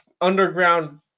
underground